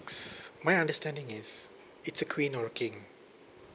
my understanding is it's a queen or a king